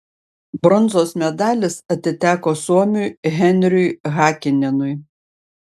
bronzos medalis atiteko suomiui henriui hakinenui